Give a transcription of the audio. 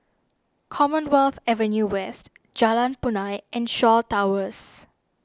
Commonwealth Avenue West Jalan Punai and Shaw Towers